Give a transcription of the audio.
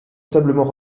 notablement